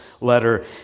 letter